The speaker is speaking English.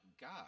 God